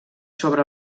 sobre